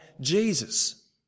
Jesus